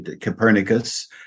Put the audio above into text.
Copernicus